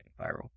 viral